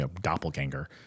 doppelganger